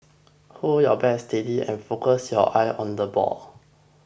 hold your bat steady and focus your eyes on the ball